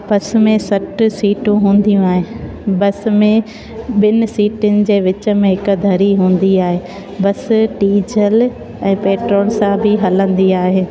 बस में सठि सिटूं हूंदियूं आहिनि बस में ॿिनि सिटुनि जे विच में हिक धरी हूंदी आहे बस डिजल ऐं पेट्रोल सां बि हलंदी आहे